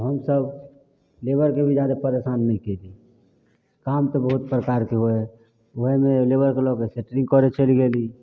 हमसभ लेबरके भी जादे परेशान नहि कएली काम तऽ बहुत प्रकारके होइ हइ ओहेमे लेबरके लऽ कऽ सेटरिन्ग करै चलि गेली